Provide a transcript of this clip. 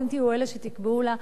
אתם תהיו אלה שתקבעו לה?